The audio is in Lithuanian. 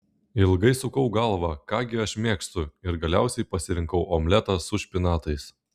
ilgai sukau galvą ką gi aš mėgstu ir galiausiai pasirinkau omletą su špinatais